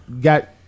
got